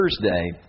Thursday